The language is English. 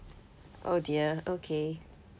oh dear okay